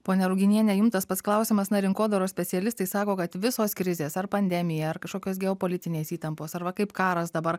ponia ruginiene jum tas pats klausimas na rinkodaros specialistai sako kad visos krizės ar pandemija ar kažkokios geopolitinės įtampos arba kaip karas dabar